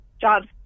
jobs